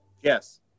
Yes